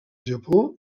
japó